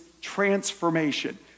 transformation